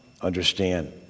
understand